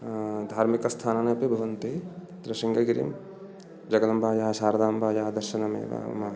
धार्मिकस्थानानि अपि भवन्ति अत्र शृङ्गगिरीं जगदम्बायाः शारदाम्बायाः दर्शनम् एव मम